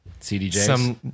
CDJs